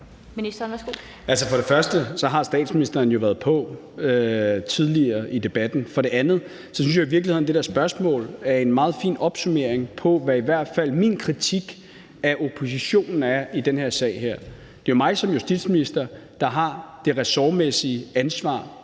For det første har statsministeren jo været på tidligere i debatten. For det andet synes jeg i virkeligheden, at det der spørgsmål er en meget fin opsummering af, hvad i hvert fald min kritik af oppositionen er i den her sag. Det er jo mig som justitsminister, der har det ressortmæssige ansvar